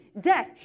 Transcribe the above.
death